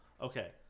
Okay